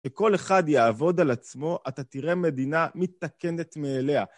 וכל אחד יעבוד על עצמו, אתה תראה מדינה מיתקנת מעליה.